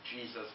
Jesus